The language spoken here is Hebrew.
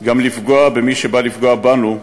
לפגוע במי שבא לפגוע בנו,